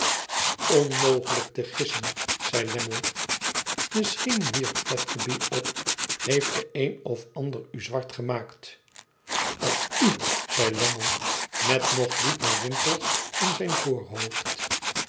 onmogelijk te gissen zei lammie misschien wierp fledgeby op heeft de een of ander u zwart gemaakt of u zei lammie met nog dieper rimpels in zijn voorhoofd